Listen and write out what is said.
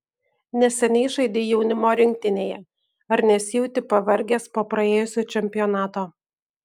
neseniai žaidei jaunimo rinktinėje ar nesijauti pavargęs po praėjusio čempionato